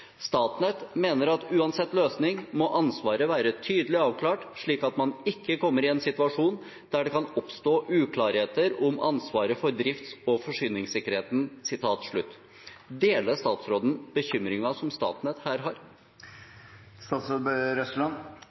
Statnett mener at uansett løsning, må ansvaret være tydelig avklart slik at man ikke kommer i en situasjon der det kan oppstå uklarheter om ansvaret for drifts- og forsyningssikkerheten.» Deler statsråden bekymringen som Statnett her